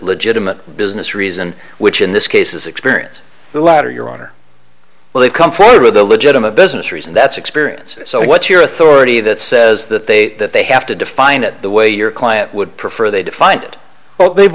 legitimate business reason which in this case is experience the latter your honor well they've come forward with a legitimate business reason that's experience so what's your authority that says that they that they have to define it the way your client would prefer they defined it well they've